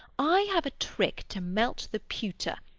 i have a trick to melt the pewter,